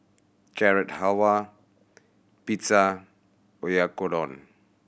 Carrot Halwa Pizza Oyakodon